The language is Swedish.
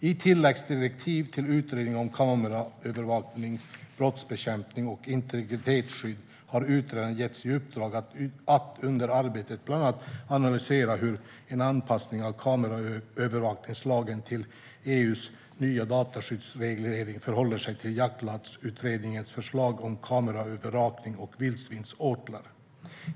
I tilläggsdirektiv till Utredningen om kameraövervakning - brottsbekämpning och integritetsskydd har utredaren getts i uppdrag att under arbetet bland annat analysera hur en anpassning av kameraövervakningslagen till EU:s nya dataskyddsreglering förhåller sig till Jaktlagsutredningens förslag om kameraövervakning av vildsvinsåtlar.